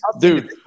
dude